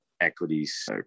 equities